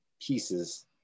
pieces